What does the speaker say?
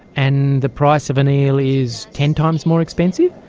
and the price of an eel is ten times more expensive?